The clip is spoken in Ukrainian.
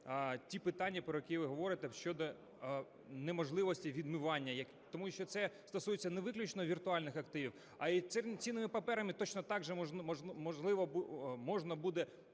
ті питання, про які ви говорите, щодо неможливості відмивання. Тому що це стосується не виключно віртуальних активів, а цінними паперами точно так можна буде,